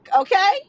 okay